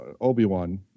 Obi-Wan